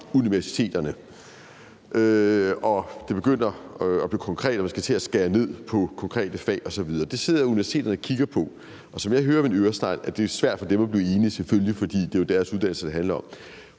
universiteterne og det begynder at blive konkret og man skal til at skære ned på konkrete fag osv., så sidder universiteterne og kigger på det, og som jeg hører i min øresnegl, er det selvfølgelig svært for dem at blive enige, fordi det jo er deres uddannelser, det handler om.